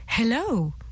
Hello